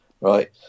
right